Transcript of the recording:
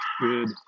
Good